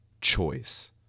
choice